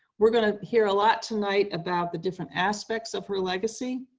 we're going to hear a lot tonight about the different aspects of her legacy,